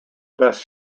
best